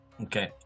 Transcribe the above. Okay